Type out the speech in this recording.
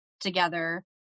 together